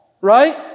right